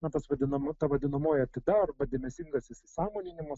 na tas vadinama ta vadinamoji atida arba dėmesingas įsisąmoninimas